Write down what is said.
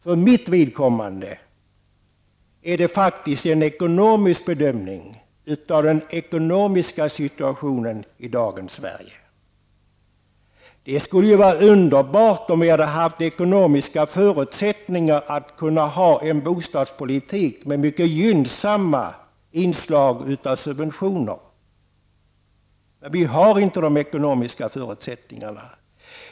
För mitt vidkommande är det en bedömning av den ekonomiska situationen i dagens Sverige som är avgörande. Det skulle vara underbart om vi haft ekonomiska förutsättningar att ha en bostadspolitik med mycket gynnsamma inslag av subventioner. Men vi har inte de ekonomiska förutsättningarna.